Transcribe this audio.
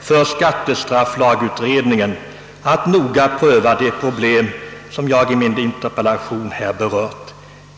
för skattestrafflagutredningen att noga pröva de problem som jag berört.